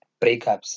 breakups